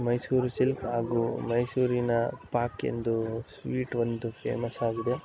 Mysuru silk ಹಾಗೂ ಮೈಸೂರಿನ ಪಾಕೆಂದು ಸ್ವೀಟ್ ಒಂದು ಫೇಮಸ್ ಆಗಿದೆ